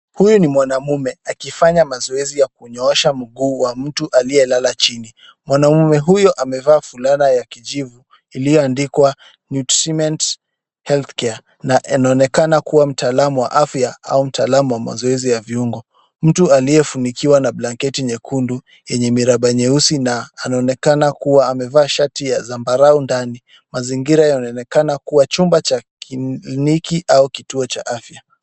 Huyu ni mwanaume akifanya mazoezi ya kumnyoosha mguu wa mtu aliyelala chini. Mwanaume huyo amevaa fulana ya kijivu iliyoandikwa Nutriment Healthcare na inaonekana kuwa ni mtaalamu wa afya au mtaalamu wa mazoezi ya viungo. Mtu aliyefunikwa na blanketi nyekundu yenye miraba nyeusi na anaonekana kuwa amevaa shati ya zambarau ndani . Mazingira yanaonekana kuwa chumba cha kliniki au kituo cha afya.